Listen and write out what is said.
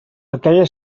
aquella